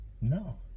no